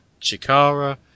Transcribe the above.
Chikara